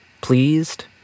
pleased